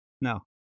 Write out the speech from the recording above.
no